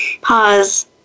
Pause